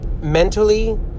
mentally